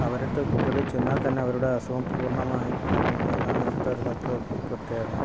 അവരുടെ അടുത്ത് കുട്ടികൾ ചെന്നാൽ തന്നെ അവരുടെ അസുഖം പൂർണ്ണമായും നിൽക്കും അതാണ് ഇവിടുത്തെ ഡോക്ടറുടെ പ്രത്യേകത